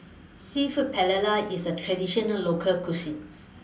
Seafood Paella IS A Traditional Local Cuisine